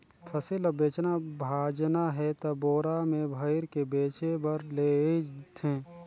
फसिल ल बेचना भाजना हे त बोरा में भइर के बेचें बर लेइज थें